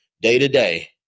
Day-to-day